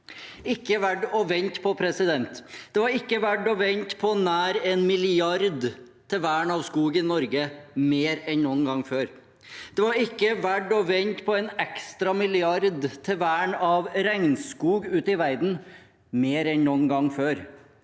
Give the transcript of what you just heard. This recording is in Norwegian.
ikke verdt å vente på. Det var ikke verdt å vente på nær en milliard til vern av skog i Norge – mer enn noen gang før. Det var ikke verdt å vente på en ekstra milliard til vern av regnskog ute i verden – mer enn noen gang før.